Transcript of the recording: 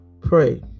pray